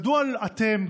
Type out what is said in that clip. מדוע אתם,